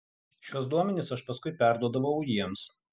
šiuos duomenis aš paskui perduodavau jiems